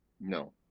No